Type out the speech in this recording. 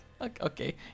Okay